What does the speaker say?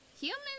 Humans